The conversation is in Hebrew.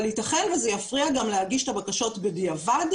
אבל ייתכן שזה יפריע גם להגיש את הבקשות בדיעבד,